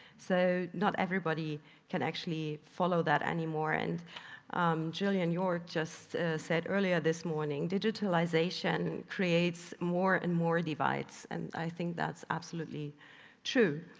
so not everybody can actually follow that any more and jillian you just said earlier this morning, digitalisation creates more and more divides and i think that's absolutely true.